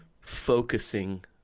focusing